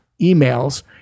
emails